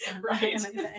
right